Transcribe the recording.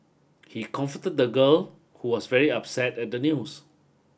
he comfort the girl who was very upset at the news